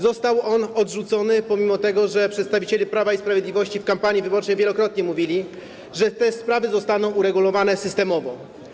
Został on odrzucony, pomimo, że przedstawiciele Prawa i Sprawiedliwości w kampanii wyborczej wielokrotnie mówili, że te sprawy zostaną uregulowane systemowo.